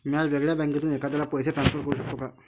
म्या वेगळ्या बँकेतून एखाद्याला पैसे ट्रान्सफर करू शकतो का?